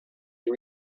you